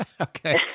Okay